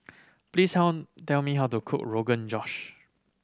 please tell tell me how to cook Rogan Josh